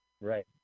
Right